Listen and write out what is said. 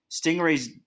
Stingray's